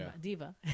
Diva